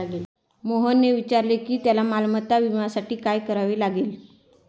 मोहनने विचारले की त्याला मालमत्ता विम्यासाठी काय करावे लागेल?